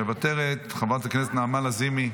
מוותרת, חברת הכנסת נעמה לזימי,